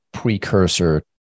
precursor